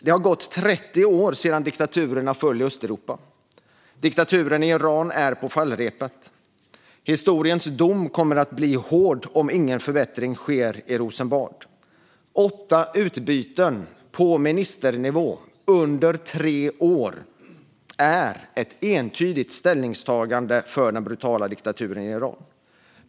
Det har gått 30 år sedan diktaturerna föll i Östeuropa. Diktaturen i Iran är på fallrepet. Historiens dom kommer att bli hård om ingen förbättring sker i Rosenbad. Åtta utbyten på ministernivå under tre år är ett entydigt ställningstagande för den brutala diktaturen i Iran.